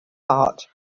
heart